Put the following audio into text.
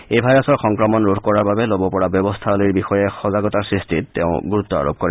এই ভাইৰাছৰ সংক্ৰমণ ৰোধ কৰাৰ বাবে ল'ব পৰা ব্যৱস্থাৱলীৰ বিষয়ে সজাগতা সৃষ্টিত তেওঁ গুৰুত্ আৰোপ কৰে